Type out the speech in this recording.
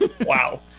Wow